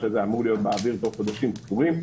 הזה שאמור להיות באוויר תוך חודשים ספורים.